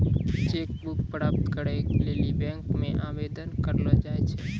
cheque book प्राप्त करै लेली बैंक मे आवेदन करलो जाय छै